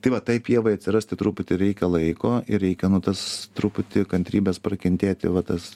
tai va tai pievai atsirasti truputį reikia laiko ir reikia nu tas truputį kantrybės prakentėti va tas